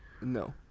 No